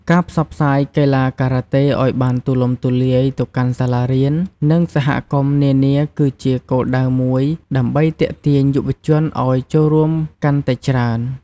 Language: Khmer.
ការផ្សព្វផ្សាយកីឡាការ៉ាតេឲ្យបានទូលំទូលាយទៅកាន់សាលារៀន និងសហគមន៍នានាគឺជាគោលដៅមួយដើម្បីទាក់ទាញយុវជនឲ្យចូលរួមកាន់តែច្រើន។